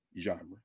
genre